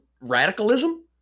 radicalism